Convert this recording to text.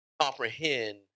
comprehend